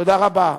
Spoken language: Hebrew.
תודה רבה.